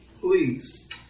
please